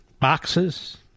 boxes